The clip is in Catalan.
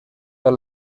per